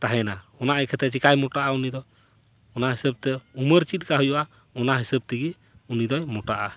ᱛᱟᱦᱮᱱᱟ ᱚᱱᱟ ᱤᱠᱟᱹᱛᱮ ᱪᱮᱠᱟᱭ ᱢᱚᱴᱟᱜᱼᱟ ᱩᱱᱤ ᱫᱚ ᱚᱱᱟ ᱦᱤᱥᱟᱹᱵᱽ ᱛᱮ ᱩᱢᱟᱹᱨ ᱪᱮᱫ ᱞᱮᱠᱟ ᱦᱩᱭᱩᱜᱼᱟ ᱚᱱᱟ ᱦᱤᱥᱟᱹᱵᱽ ᱛᱮᱜᱮ ᱩᱱᱤ ᱫᱚᱭ ᱢᱚᱴᱟᱜᱼᱟ